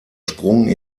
sprung